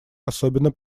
особенно